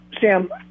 Sam